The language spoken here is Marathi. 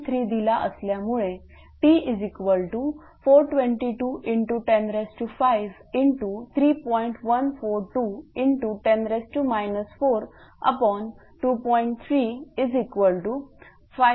3दिला असल्यामुळे T422×105×3